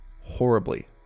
horribly